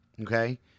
okay